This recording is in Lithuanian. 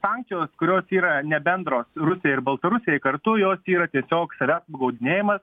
sankcijos kurios yra nebendros rusijai ir baltarusijai kartu jos yra tiesiog savęs apgaudinėjimas